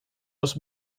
was